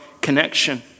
connection